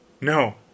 No